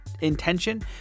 Intention